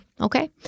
okay